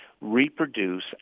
reproduce